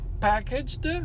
packaged